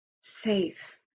safe